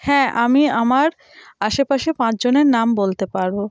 হ্যাঁ আমি আমার আশেপাশের পাঁচজনের নাম বলতে পারবো